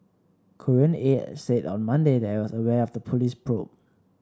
Korean Air said on Monday that it was aware of the police probe